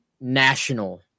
national